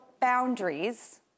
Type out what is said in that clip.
boundaries